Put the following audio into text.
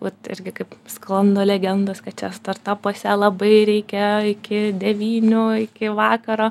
vat irgi kaip sklando legendos kad čia startapuose labai reikia iki devynių iki vakaro